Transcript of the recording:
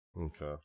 Okay